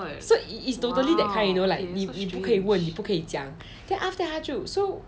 so it is totally that kind you know like 你不可以问你不可以讲 then after that 她就